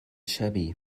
shabby